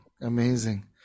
Amazing